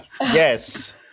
Yes